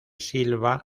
silva